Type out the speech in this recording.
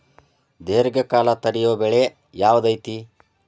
ದೇರ್ಘಕಾಲ ತಡಿಯೋ ಬೆಳೆ ಯಾವ್ದು ಐತಿ?